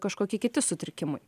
kažkokie kiti sutrikimai